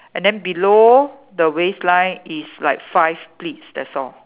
and then below the waist line is like five pleats that's all